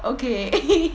okay